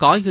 காய்கறி